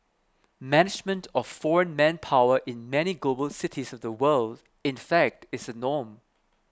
management of foreign manpower in many global cities of the world in fact is a norm